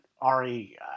Ari